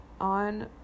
On